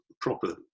proper